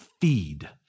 feed